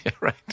Right